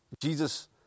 Jesus